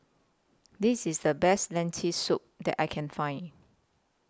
This IS The Best Lentil Soup that I Can Find